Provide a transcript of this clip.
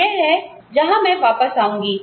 यह है जहां मैं वापस आऊंगी